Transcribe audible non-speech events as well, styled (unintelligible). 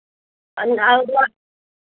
(unintelligible)